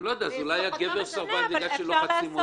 אני לא יודע, אולי הגבר סרבן בגלל שלוחצים אותו.